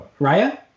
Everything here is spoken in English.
Raya